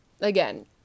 again